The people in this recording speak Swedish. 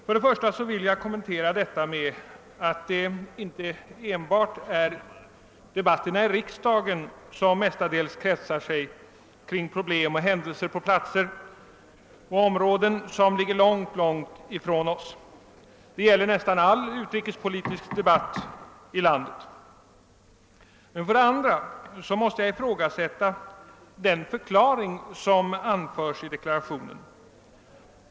För det första vill jag till detta göra den kommentaren att det inte enbart är debatterna i riksdagen som mestadels kretsar kring problem och händelser på platser och i områden som ligger långt från oss; det gäller nästan all utrikespolitisk debatt i landet. För det andra måste jag ifrågasätta den förklaring som anförs i deklarationen.